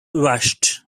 rushed